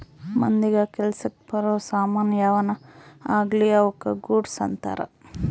ಮಂದಿಗ ಕೆಲಸಕ್ ಬರೋ ಸಾಮನ್ ಯಾವನ ಆಗಿರ್ಲಿ ಅವುಕ ಗೂಡ್ಸ್ ಅಂತಾರ